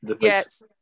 Yes